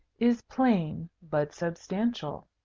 is plain, but substantial.